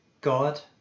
god